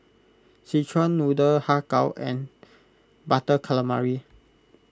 Szechuan Noodle Har Kow and Butter Calamari